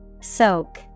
Soak